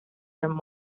didn’t